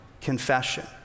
confession